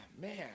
man